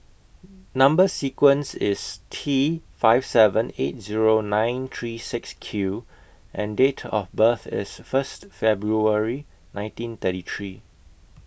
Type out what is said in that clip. Number sequence IS T five seven eight Zero nine three six Q and Date of birth IS First February nineteen thirty three